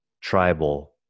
tribal